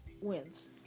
wins